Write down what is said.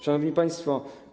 Szanowni Państwo!